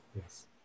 Yes